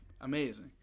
amazing